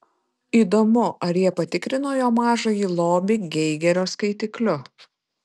įdomu ar jie patikrino jo mažąjį lobį geigerio skaitikliu